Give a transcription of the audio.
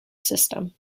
system